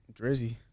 Drizzy